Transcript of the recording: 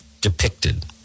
depicted